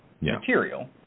material